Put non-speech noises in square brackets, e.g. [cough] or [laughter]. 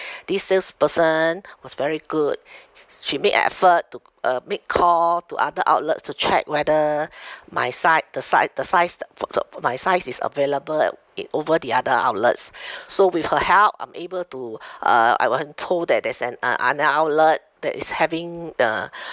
this salesperson was very good [noise] she made an effort to uh make call to other outlets to check whether [breath] my size the size the size [noise] f~ t~ my size is available at it over the other outlets [breath] so with her help I'm able to uh I was told that there's an uh another outlet that is having the